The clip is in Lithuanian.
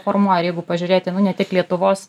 formuoja ir jeigu pažiūrėti nu ne tik lietuvos